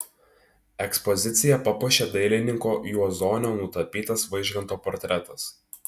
ekspoziciją papuošė dailininko juozonio nutapytas vaižganto portretas